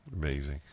Amazing